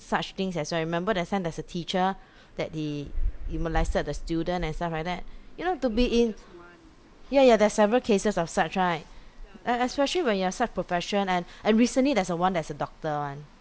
such things as well remember last time there's a teacher that he he molested the student and stuff like that you know to be in yeah yeah there's several cases of such right es~ especially when you are such profession and and recently there's one that's a doctor one